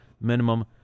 minimum